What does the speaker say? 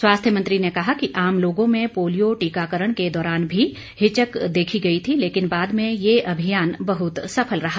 स्वास्थ्य मंत्री ने कहा कि आम लोगों में पोलियो टीकाकरण के दौरान भी हिचक देखी गई थी लेकिन बाद में ये अभियान बहत सफल रहा